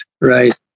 Right